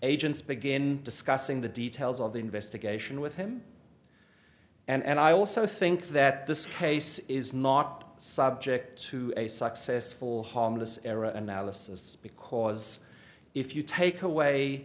agents begin discussing the details of the investigation with him and i also think that this case is not subject to a successful harmless error analysis because if you take away